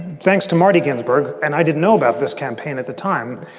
thanks to marty ginsburg. and i didn't know about this campaign at the time.